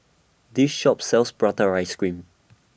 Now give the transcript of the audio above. This Shop sells Prata Ice Cream